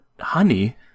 honey